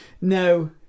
no